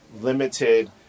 limited